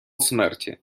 смерті